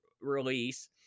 release